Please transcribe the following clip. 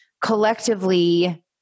collectively